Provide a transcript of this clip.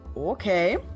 okay